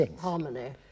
harmony